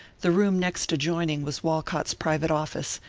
the room next adjoining was walcott's private office,